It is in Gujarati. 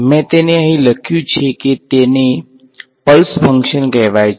મેં તેને અહીં લખ્યું છે કે તેને પલ્સ ફંક્શન કહેવાય છે